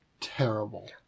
terrible